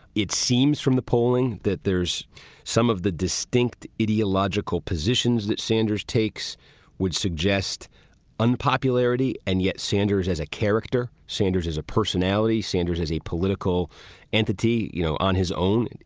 it seems from the polling that there's some of the distinct ideological positions that sanders takes would suggest unpopularity. and yet sanders as a character. sanders is a personality. sanders as a political entity. you know, on his own and